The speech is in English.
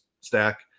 stack